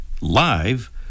live